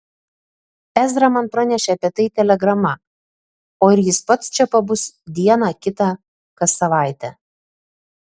ezra man pranešė apie tai telegrama o ir jis pats čia pabus dieną kitą kas savaitę